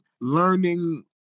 learning